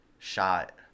shot